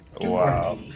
Wow